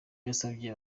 yasabye